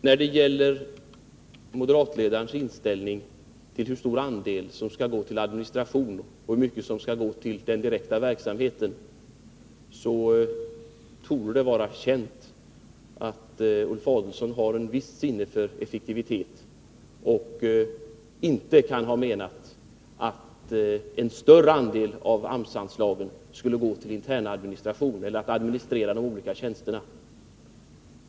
När det gäller mod eratledarens inställning till hur stor andel som skall gå till administration och hur mycket som skall gå till den direkta verksamheten torde det vara känt att Ulf Adelsohn har ett visst sinne för effektivitet och inte kan ha menat att en större del av AMS-anslagen skulle gå till den interna administrationen, till att administrera de olika tjänsterna.